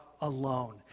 alone